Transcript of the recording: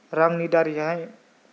रांनि दारैहाय